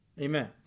Amen